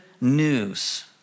news